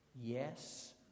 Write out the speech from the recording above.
yes